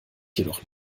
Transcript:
jedoch